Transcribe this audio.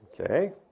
Okay